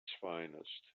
finest